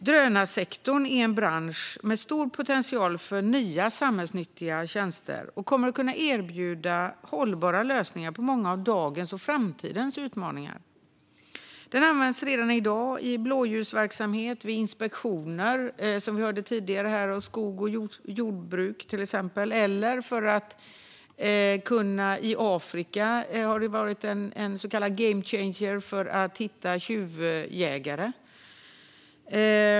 Drönarsektorn är en bransch med stor potential för nya samhällsnyttiga tjänster, och den kommer att erbjuda hållbara lösningar för många av dagens och framtidens utmaningar. Den används redan i dag i blåljusverksamhet och vid inspektioner, till exempel i skogs och jordbruk. I Afrika har drönare varit en game changer för att hitta tjuvjägare.